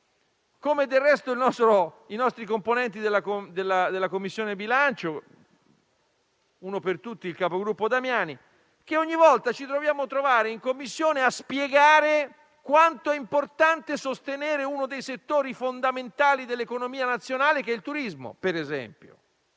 come del resto i nostri componenti della Commissione bilancio, uno per tutti il capogruppo Damiani. Ogni volta ci troviamo in Commissione a spiegare quanto è importante sostenere uno dei settori fondamentali dell'economia nazionale come il turismo, per esempio.